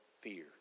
fear